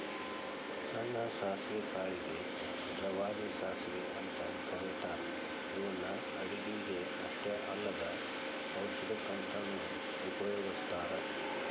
ಸಣ್ಣ ಸಾಸವಿ ಕಾಳಿಗೆ ಗೆ ಜವಾರಿ ಸಾಸವಿ ಅಂತ ಕರೇತಾರ ಇವನ್ನ ಅಡುಗಿಗೆ ಅಷ್ಟ ಅಲ್ಲದ ಔಷಧಕ್ಕಂತನು ಉಪಯೋಗಸ್ತಾರ